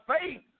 faith